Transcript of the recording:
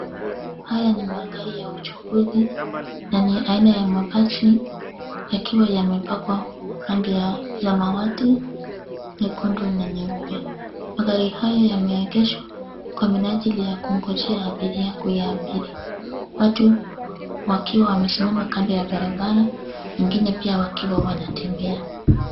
Haya ni magari ya uchukuzi, na ni aina ya mabasi, yakiwa yamepakwa rangi ya samawati, nyekundu na nyeupe. Magari haya yameegeshwa, kwa minajili ya kungojea abiria kuyaabiri. Watu wakiwa wamesimama kando ya barabara, wengine pia wakiwa wanatembea.